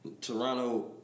Toronto